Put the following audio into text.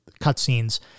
cutscenes